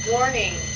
Warning